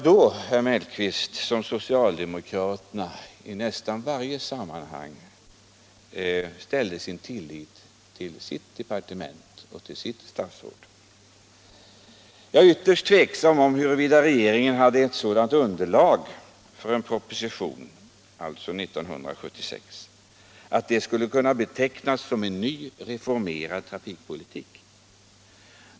Då, herr Mellqvist, satte socialdemokraterna i nästan varje sammanhang sin lit till sitt departement och sitt statsråd. Jag är ytterst tveksam om huruvida regeringen hade ett sådant underlag för en proposition 1976 att förslaget kunde ha betecknats som en ny, en reformerad trafikpolitik.